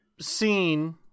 seen